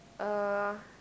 uh